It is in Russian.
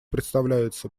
представляется